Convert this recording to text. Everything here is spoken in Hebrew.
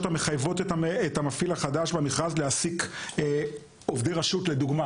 המחייבות את המפעיל החדש במכרז להעסיק עובדי רשות לדוגמה.